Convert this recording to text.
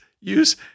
use